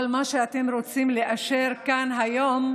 אבל מה שאתם רוצים לאשר כאן היום,